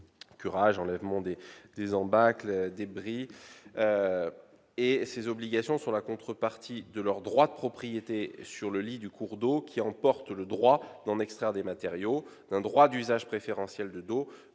curage, enlèvement des embâcles et débris, etc. Ces obligations sont la contrepartie de leur droit de propriété sur le lit du cours d'eau, qui emporte le droit d'en extraire des matériaux ; d'un droit d'usage préférentiel de